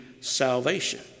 salvation